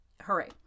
Hooray